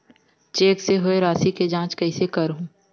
Cheque से होए राशि के जांच कइसे करहु?